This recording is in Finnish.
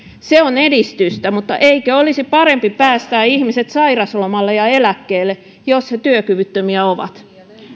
se on edistystä mutta eikö olisi parempi päästää ihmiset sairauslomalle ja eläkkeelle jos he työkyvyttömiä ovat